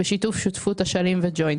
בשיתוף שותפות אשלים והג'וינט.